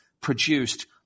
produced